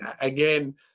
again